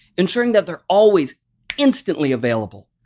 ensuring that they're always instantly available.